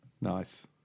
Nice